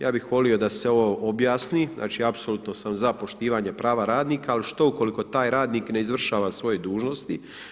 Ja bih volio da se ovo objasni, znači apsolutno sam za poštivanje prava radnika, ali što u koliko taj radnik ne izvršava svoje dužnosti?